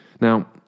Now